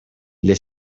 для